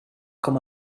com